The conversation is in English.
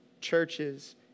churches